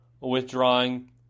withdrawing